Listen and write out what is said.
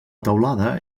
teulada